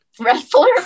wrestler